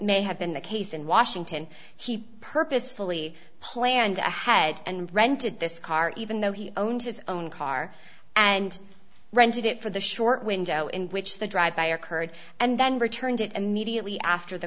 may have been the case in washington he purposefully planned ahead and rented this car even though he owned his own car and rented it for the short window in which the drive by occurred and then returned it immediately after the